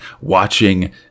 watching